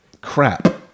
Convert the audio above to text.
crap